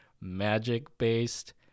magic-based